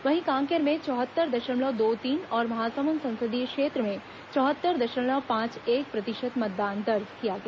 वहीं कांकेर में चौहत्तर दशमलव दो तीन और महासमुंद संसदीय क्षेत्र में चौहत्तर दशमलव पांच एक प्रतिशत मतदान दर्ज किया गया